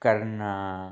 ਕਰਨਾ